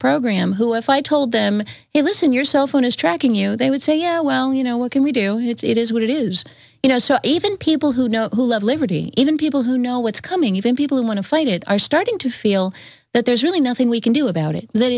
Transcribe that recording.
program who if i told them hey listen your cell phone is tracking you they would say yeah well you know what can we do it is what it is you know so even people who know who love liberty even people who know what's coming even people who want to fight it are starting to feel that there's really nothing we can do about it th